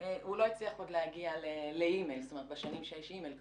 עוד להגיע לאימייל, בשנים שיש אימייל כמובן.